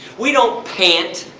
we don't pant,